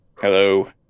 Hello